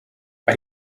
but